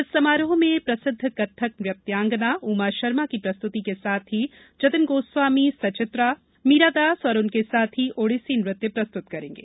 इस समारोह में प्रसिद्ध कत्थक नृत्यांगनाउमा शर्मा की प्रस्तुति के साथ ही जतिन गोस्वामी सचित्रा मीरादास और उनके साथी ओडिसी नृत्य प्रस्तुत करेंगे